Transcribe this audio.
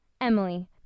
Emily